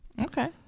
Okay